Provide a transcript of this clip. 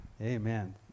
Amen